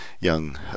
young